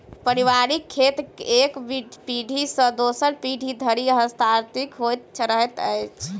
पारिवारिक खेत एक पीढ़ी सॅ दोसर पीढ़ी धरि हस्तांतरित होइत रहैत छै